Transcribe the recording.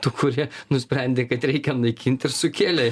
tų kurie nusprendė kad reikia naikint ir sukėlė